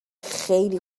خیلی